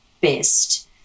best